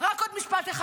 תודה רבה.